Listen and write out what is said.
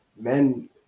Men